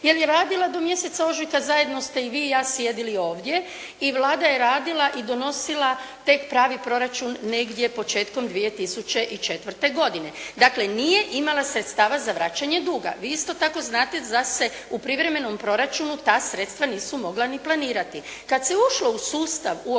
jer je do mjeseca ožujka, zajedno ste i vi i ja sjedili ovdje i Vlada je radila i donosila tek pravi proračun negdje početkom 2004. godine. Dakle nije imala sredstava za vraćanje duga. Vi isto tako znate da se u privremenom proračunu ta sredstva nisu mogla ni planirati. Kad se ušlo u sustav